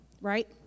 Right